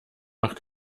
noch